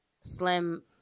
Slim